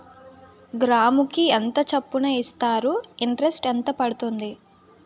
గ్రాముకి ఎంత చప్పున ఇస్తారు? ఇంటరెస్ట్ ఎంత పడుతుంది?